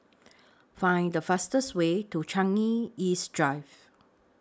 Find The fastest Way to Changi East Drive